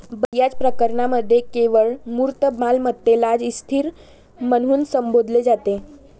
बर्याच प्रकरणांमध्ये केवळ मूर्त मालमत्तेलाच स्थिर म्हणून संबोधले जाते